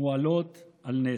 מועלות על נס.